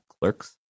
clerks